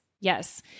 Yes